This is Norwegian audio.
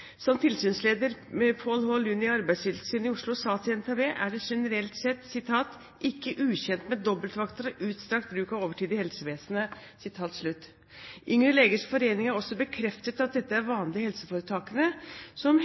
Som tilsynsleder Pål H. Lund i Arbeidstilsynet i Oslo sa til NTB, er man generelt sett «ikke ukjent med dobbeltvakter og utstrakt bruk av overtid innen helsevesenet». Yngre legers forening har også bekreftet at dette er vanlig i helseforetakene, som